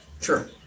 Sure